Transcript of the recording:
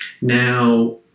now